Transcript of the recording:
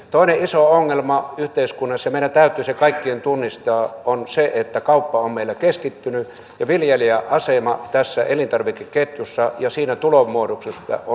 toinen iso ongelma yhteiskunnassa ja meidän täytyy se kaikkien tunnistaa on se että kauppa on meillä keskittynyt ja viljelijän asema tässä elintarvikeketjussa ja siinä tulonmuodostuksessa on heikko